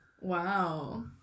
Wow